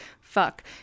Fuck